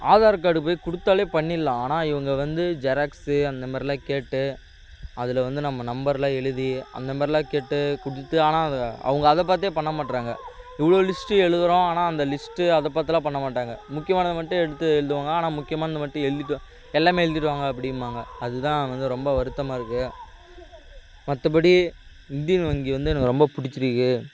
Aadhaar card போய் கொடுத்தாலே பண்ணல்லாம் ஆனால் இவங்க வந்து ஜெராக்ஸ் அந்த மாதிரிலாம் கேட்டு அதில் வந்து நம்ம நம்பர்லாம் எழுதி அந்த மாதிரிலாம் கேட்டு கொடுத்து ஆனால் அவங்க அவங்க அதை பார்த்தே பண்ண மாட்டுறாங்க இவ்வளோ லிஸ்ட்டு எழுதுகிறோம் ஆனால் அந்த லிஸ்ட்டு அதை பார்த்துலாம் பண்ண மாட்டாங்க முக்கியமானதை மட்டும் எடுத்து எழுதுவாங்க ஆனால் முக்கியமானதை மட்டும் எழுதிகிட்டு வா எல்லாம் எழுதிகிட்டு வாங்க அப்படிம்பாங்க அது தான் வந்து ரொம்ப வருத்தமாக இருக்கும் மற்றபடி இந்தியன் வங்கி வந்து எனக்கு ரொம்ப பிடிச்சிருக்கு